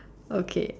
okay